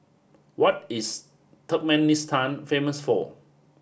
what is Turkmenistan famous for